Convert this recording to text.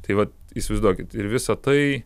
tai vat įsivaizduokit ir visa tai